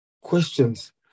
questions